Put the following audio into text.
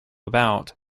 about